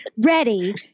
ready